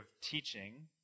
teaching